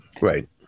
right